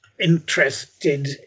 interested